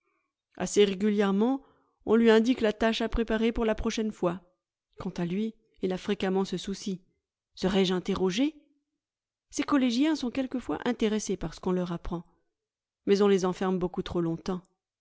assez régulièrement on lui indique la tâche à préparer pour la prochaine fois quant à lui il a fréquemment ce souci serai-je interrogé ces collégiens sont quelquefois intéressés par ce qu'on leur apprend mais on les enferme beaucoup trop long-temps